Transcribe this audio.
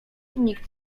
nikt